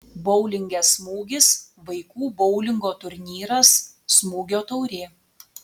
boulinge smūgis vaikų boulingo turnyras smūgio taurė